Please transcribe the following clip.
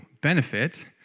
benefit